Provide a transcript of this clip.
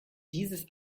dieses